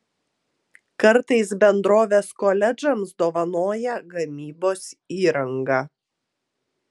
kartais bendrovės koledžams dovanoja gamybos įrangą